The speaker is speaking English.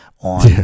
on